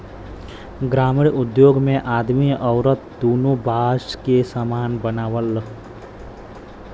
ग्रामिण उद्योग मे आदमी अउरत दुन्नो बास के सामान बनावलन